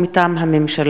לקריאה ראשונה, מטעם הממשלה,